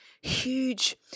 huge